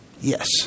Yes